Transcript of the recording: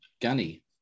Gunny